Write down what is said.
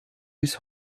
bis